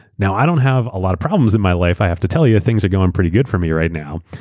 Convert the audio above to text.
now, i don't have a lot of problems in my life. i have to tell you, things are going pretty good for me right now,